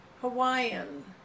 Hawaiian